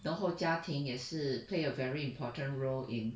然后家庭也是 play a very important role in